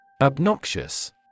Obnoxious